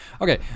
Okay